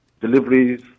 deliveries